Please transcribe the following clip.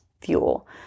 fuel